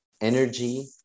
energy